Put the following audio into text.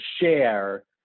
share